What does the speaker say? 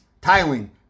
tiling